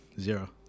Zero